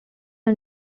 are